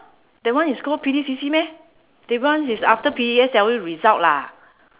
that one is called P_D_C_C meh that one is after P_S_L_E result lah